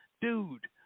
Dude